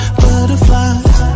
butterflies